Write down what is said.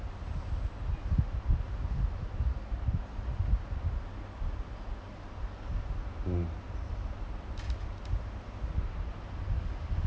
mm